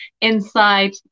inside